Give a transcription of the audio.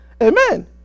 Amen